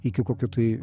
iki kokio tai